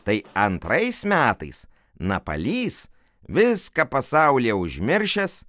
tai antrais metais napalys viską pasaulyje užmiršęs